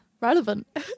Relevant